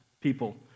people